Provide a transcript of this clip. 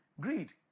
Greed